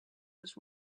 was